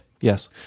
Yes